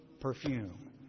perfume